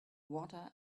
water